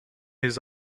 his